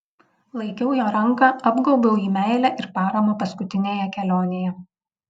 laikiau jo ranką apgaubiau jį meile ir parama paskutinėje kelionėje